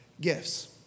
gifts